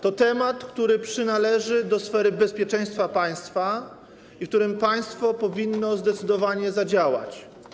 To temat, który przynależy do sfery bezpieczeństwa państwa i w którym państwo powinno zdecydowanie zadziałać.